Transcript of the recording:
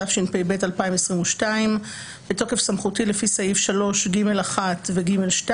התשפ"ב-2022 בתוקף סמכותי לפי סעיף 3(ג1) ו-(ג2)